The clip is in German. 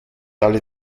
alle